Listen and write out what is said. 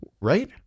right